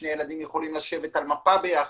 שני ילדים יכולים לשבת על מפה ביחד.